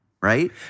right